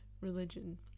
religion